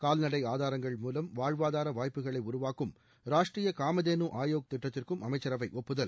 கால்நடை ஆதாரங்கள் மூலம் வாழ்வாதார வாய்ப்புகளை உருவாக்கும் ராஷ்டரிய காமதேலு ஆயோக் திட்டத்திற்கும் அமைச்சரவை ஒப்புதல்